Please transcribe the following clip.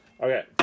Okay